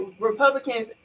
republicans